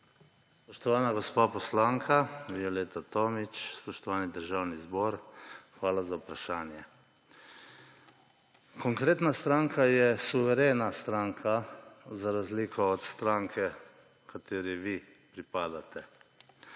Spoštovana gospa poslanka Violeta Tomić, spoštovani Državni zbor, hvala za vprašanje! Konkretna stranka je suverena stranka za razliko od stranke, kateri vi pripadate.